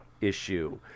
issue